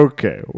Okay